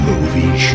Movie